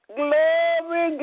glory